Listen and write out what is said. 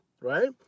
right